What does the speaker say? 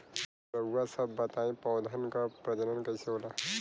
रउआ सभ बताई पौधन क प्रजनन कईसे होला?